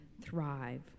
thrive